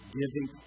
giving